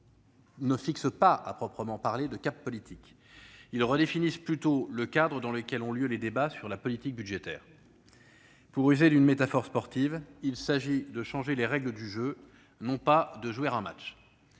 ne fixent pas, à proprement parler, de cap politique ; ils redéfinissent plutôt le cadre dans lequel ont lieu les débats sur la politique budgétaire. Pour user d'une métaphore sportive, il s'agit là de changer les règles du jeu et non de jouer un match.